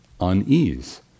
unease